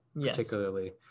particularly